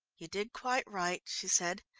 you did quite right, she said,